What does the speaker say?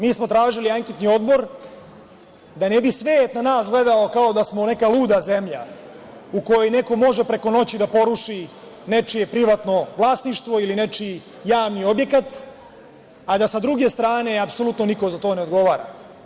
Mi smo tražili Anketni odbor da ne bi svet na nas gledao kao da smo neka luda zemlja u kojoj neko može preko noći da poruši nečije privatno vlasništvo, ili nečiji javni objekat, a da sa druge strane apsolutno niko za to ne odgovara.